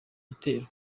gitero